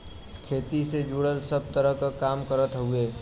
खेती से जुड़ल सब तरह क काम करत हउवे